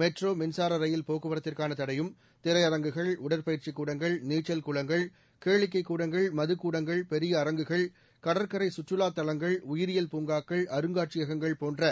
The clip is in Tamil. மெட்ரோ மின்சார ரயில் போக்குவரத்துக்கான தடையும் திரையரங்குகள் உடற்பயிற்சிக் கூடங்கள் நீச்சல் குளங்கள் கேளிக்கைக் கூடங்கள் மதுக்கூடங்கள் பெரிய அரங்குகள் கடற்கரை சுற்றுலாத் தவங்கள் உயிரியல் பூங்காக்கள் அருங்காட்சியகங்கள் போன்ற